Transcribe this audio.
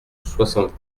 soixante